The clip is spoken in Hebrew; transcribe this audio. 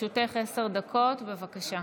לרשותך עשר דקות, בבקשה.